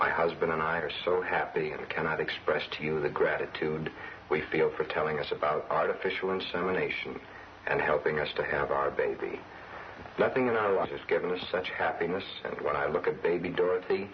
my husband and i are so happy and cannot express to you the gratitude we feel for telling us about artificial insemination and helping us to have our baby nothing in our life has given us such happiness and when i look at baby dorothy